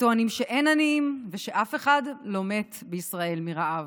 הטוענים שאין עניים ושאף אחד לא מת בישראל מרעב.